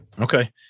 Okay